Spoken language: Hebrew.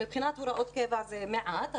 מבחינת הוראות קבע זה מעט,